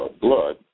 blood